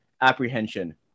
apprehension